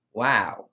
wow